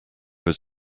was